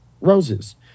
roses